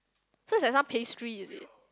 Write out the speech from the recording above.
so it's like sound pastry is it